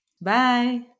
Bye